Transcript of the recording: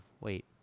wait